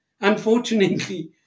Unfortunately